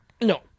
No